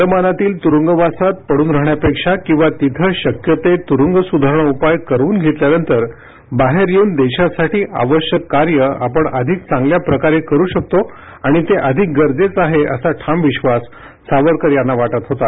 अंदमानातील तुरुंगवासात पडून राहण्यापेक्षा किंवा तिथं शक्य ते तुरुंग सुधारणा उपाय करवून घेतल्यानंतर बाहेर येऊन देशासाठी आवश्यक कार्य आपण अधिक चांगल्या प्रकारे करु शकतो आणि ते अधिक गरजेचं आहे असा ठाम विश्वास सावरकर यांना वाटत होता